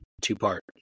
two-part